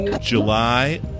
July